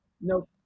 no